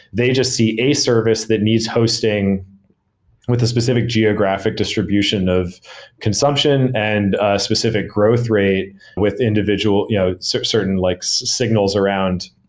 they just see a service that needs hosting with a specific geographic distribution of consumption and specific growth rate with you know so certain likes signals around